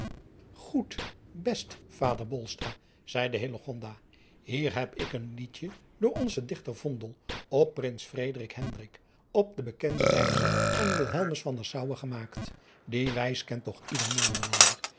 oed best vader zeide hier heb ik een iedje door onzen ichter op rins op de bekende wijze van ilhemus van assouwen gemaakt die wijs kent toch ieder ederlander